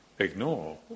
ignore